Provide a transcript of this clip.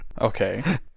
Okay